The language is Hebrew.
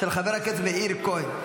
של חבר הכנסת מאיר כהן.